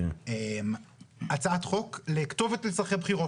הציעו הצעת חוק לכתובת לצורכי בחירות.